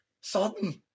sudden